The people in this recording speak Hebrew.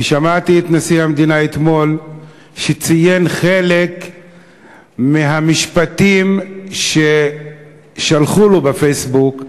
שמעתי את נשיא המדינה אתמול מציין חלק מהמשפטים ששלחו לו בפייסבוק,